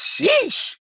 sheesh